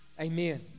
amen